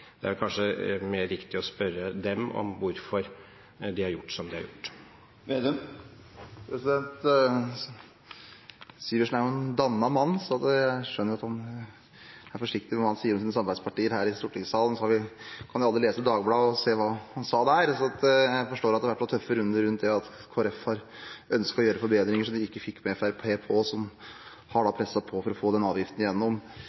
Det er kanskje mer riktig å spørre dem hvorfor de har gjort som de har gjort. Syversen er jo en dannet mann, og jeg skjønner at han er forsiktig med hva han sier om sine samarbeidspartier her i stortingssalen, men vi kan alle lese Dagbladet og se hva han sa der. Jeg forstår at det har vært noen tøffe runder rundt det at Kristelig Folkeparti ønsket å gjøre noen forbedringer som de ikke fikk Fremskrittspartiet med på, som har